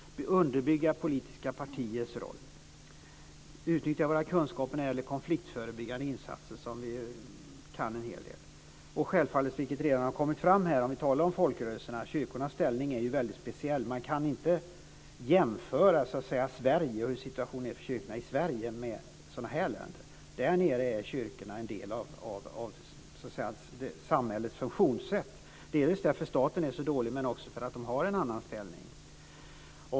Det är att underbygga politiska partiers roll, att utnyttja våra kunskaper när det gäller konfliktförebyggande insatser som vi kan en hel del om. Det är självfallet också så, vilket redan har kommit fram här när vi talar om folkrörelserna, att kyrkornas ställning är väldigt speciell. Man kan inte jämföra hur situationen är för kyrkorna i Sverige med hur den är i sådana här länder. Där är kyrkorna en del av samhällets funktionssätt, delvis därför att staten är så dålig men också därför att man har en annan ställning.